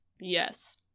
Yes